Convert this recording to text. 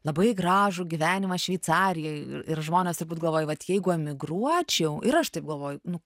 labai gražų gyvenimą šveicarijoj ir žmonės turbūt galvoja vat jeigu emigruočiau ir aš taip galvoju nu